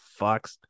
fucks